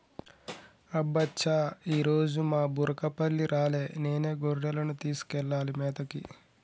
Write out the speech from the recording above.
అబ్బ చా ఈరోజు మా బుర్రకపల్లి రాలే నేనే గొర్రెలను తీసుకెళ్లాలి మేతకి